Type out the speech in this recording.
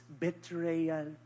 betrayal